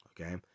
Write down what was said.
okay